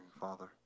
Father